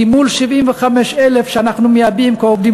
כי מול 75,000 שאנחנו מייבאים כעובדים